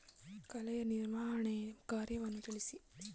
ಕಳೆಯ ನಿರ್ವಹಣಾ ಕಾರ್ಯವನ್ನು ತಿಳಿಸಿ?